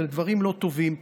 לדברים לא טובים.